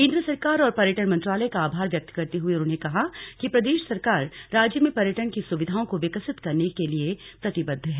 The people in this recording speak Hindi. केंद्र सरकार और पर्यटन मंत्रालय का आभार व्यक्त करते हुए उन्होंने कहा कि प्रदेश सरकार राज्य में पर्यटन की सुविधाओं को विकसित करने के लिए प्रतिबद्ध है